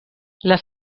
les